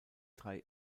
drei